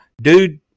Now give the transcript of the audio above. dude